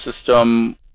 system